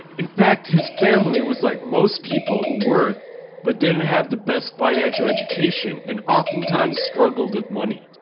in fact his family was like most people who work but didn't have the best financial education and often times struggled with money.